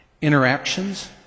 interactions